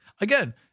Again